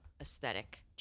aesthetic